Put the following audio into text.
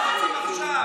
לא, אנחנו רוצים עכשיו.